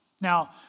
Now